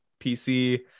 PC